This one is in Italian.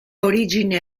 origine